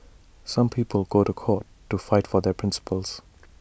some people go to court to fight for their principles